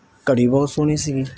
ਘੜੀ ਬਹੁਤ ਸੋਹਣੀ ਸੀਗੀ